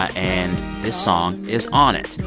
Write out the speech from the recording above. and this song is on it.